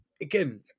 again